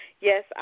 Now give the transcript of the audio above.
yes